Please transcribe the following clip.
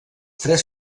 tres